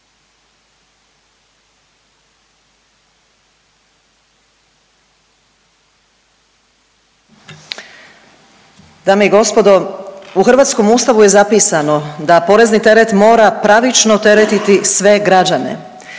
hrvatskom Ustavu je zapisano da porezni teret mora pravično teretiti sve građane.